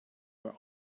were